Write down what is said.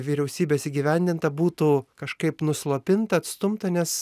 vyriausybės įgyvendinta būtų kažkaip nuslopinta atstumta nes